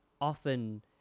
often